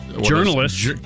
journalists